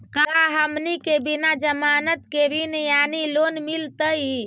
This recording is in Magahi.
का हमनी के बिना जमानत के ऋण यानी लोन मिलतई?